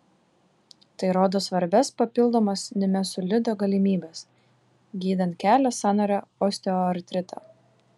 tai rodo svarbias papildomas nimesulido galimybes gydant kelio sąnario osteoartritą